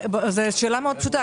זו שאלה מאוד פשוטה.